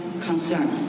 concern